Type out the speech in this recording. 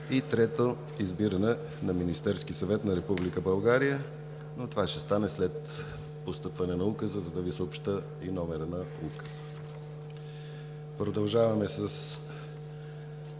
3. Избиране на Министерския съвет на Република България. Но това ще стане след постъпване на Указа, за да Ви съобщя и номера му. Продължаваме с